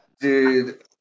Dude